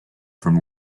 from